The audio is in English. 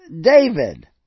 David